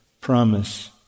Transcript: promise